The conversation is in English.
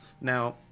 Now